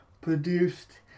produced